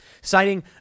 citing